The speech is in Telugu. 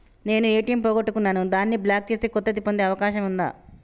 నేను ఏ.టి.ఎం పోగొట్టుకున్నాను దాన్ని బ్లాక్ చేసి కొత్తది పొందే అవకాశం ఉందా?